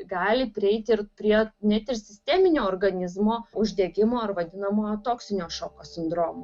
gali prieiti prie net ir sisteminė organizmo uždegimo ar vadinamojo toksinio šoko sindromo